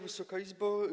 Wysoka Izbo!